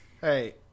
Hey